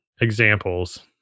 examples